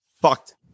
fucked